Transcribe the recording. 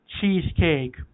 cheesecake